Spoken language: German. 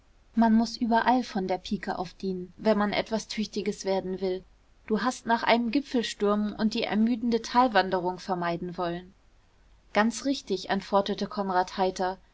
man muß überall von der pieke auf dienen wenn man etwas tüchtiges werden will du hast nach einem gipfel stürmen und die ermüdende talwanderung vermeiden wollen ganz richtig antwortete konrad heiter